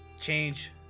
change